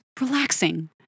relaxing